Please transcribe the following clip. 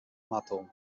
matoł